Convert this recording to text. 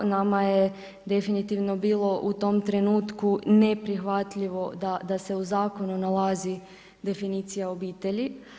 Nama je definitivno bilo u tom trenutku neprihvatljivo da se u zakonu nalazi definicija obitelj.